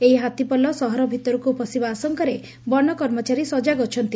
ଏହି ହାତୀପଲ ସହର ଭିତରକୁ ପଶିବା ଆଶଙ୍କାରେ ବନ କର୍ମଚାରୀ ସଜାଗ ଅଛନ୍ତି